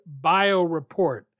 BioReport